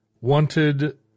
wanted